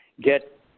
get